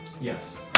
Yes